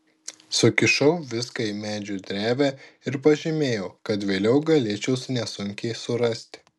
sukišau viską į medžio drevę ir pažymėjau kad vėliau galėčiau nesunkiai surasti